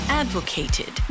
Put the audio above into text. advocated